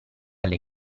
alle